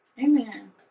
Amen